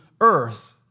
earth